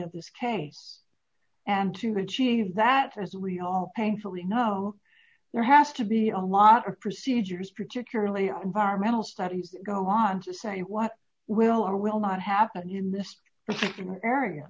of this case and to achieve that as we all painfully know there has to be a lot of procedures particularly on environmental studies go on to say what will or will not happen in this particular area